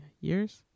years